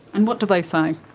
and what do they say?